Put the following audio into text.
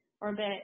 orbit